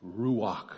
Ruach